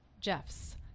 Jeff's